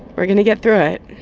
we're going to get through it